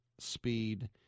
speed